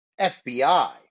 FBI